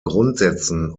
grundsätzen